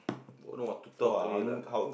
don't know what to talk already lah